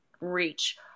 reach